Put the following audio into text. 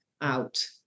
out